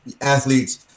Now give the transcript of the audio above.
athletes